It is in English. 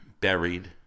buried